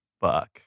fuck